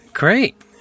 Great